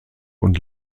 und